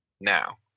Now